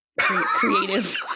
creative